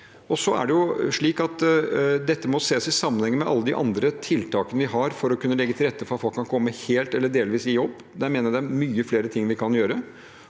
dette må ses i sammenheng med alle de andre tiltakene vi har for å kunne legge til rette for at folk kan komme helt eller delvis i jobb. Jeg mener det er mange flere ting vi kan gjøre.